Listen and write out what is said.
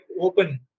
open